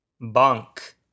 Bank